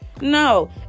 No